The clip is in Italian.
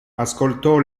ascoltò